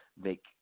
make